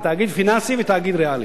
בתאגיד פיננסי ותאגיד ריאלי.